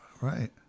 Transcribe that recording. right